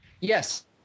Yes